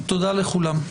תודה לכולם.